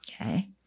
okay